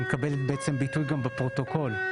היא מקבלת ביטוי בפרוטוקול.